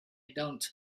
don’t